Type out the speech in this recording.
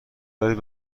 دارید